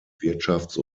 wirtschafts